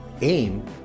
aim